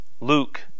Luke